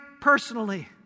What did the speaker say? personally